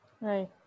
right